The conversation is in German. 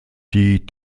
die